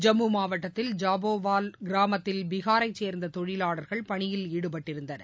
ஜம்மு மாவட்டத்தில் ஜாபோவால் கிராமத்தில் பீகாரை சேர்ந்த தொழிலாளர்கள் பணியில் ஈடுபட்டிருந்தனர்